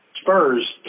spurs